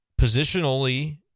positionally